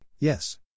Yes